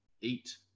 Eat